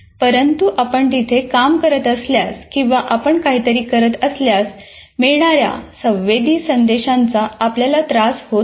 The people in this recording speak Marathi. परंतु आपण तिथे काम करत असल्यास किंवा आपण काहीतरी करत असल्यास मिळणार्या संवेदी संदेशांचा आपल्याला त्रास होत नाही